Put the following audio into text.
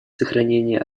сохранения